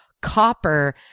copper